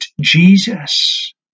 Jesus